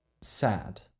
Sad